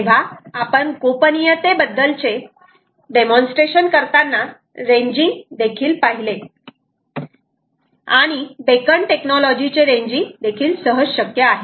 तेव्हा आपण गोपनीयते बद्दलचे डेमॉन्स्ट्रेशन करताना रेंजिंग देखील पाहिले आणि बेकन टेक्नॉलॉजी चे रेंजिंग सहज शक्य आहे